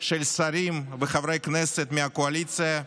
של שרים וחברי כנסת מהקואליציה,